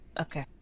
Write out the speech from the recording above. Okay